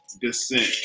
descent